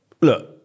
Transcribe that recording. Look